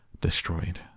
destroyed